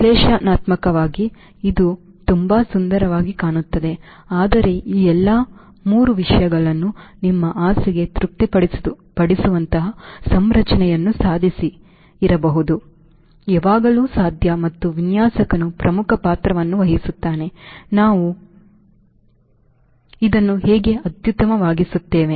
ವಿಶ್ಲೇಷಣಾತ್ಮಕವಾಗಿ ಇದು ತುಂಬಾ ಸುಂದರವಾಗಿ ಕಾಣುತ್ತದೆ ಆದರೆ ಈ ಎಲ್ಲಾ 3 ವಿಷಯಗಳನ್ನು ನಿಮ್ಮ ಆಸೆಗೆ ತೃಪ್ತಿಪಡಿಸುವಂತಹ ಸಂರಚನೆಯನ್ನು ಸಾಧಿಸಿ ಇರಬಹುದು ಯಾವಾಗಲೂ ಸಾಧ್ಯ ಮತ್ತು ವಿನ್ಯಾಸಕನು ಪ್ರಮುಖ ಪಾತ್ರವನ್ನು ವಹಿಸುತ್ತಾನೆ ನಾವು ಇದನ್ನು ಹೇಗೆ ಅತ್ಯುತ್ತಮವಾಗಿಸುತ್ತೇವೆ